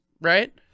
right